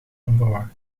onverwacht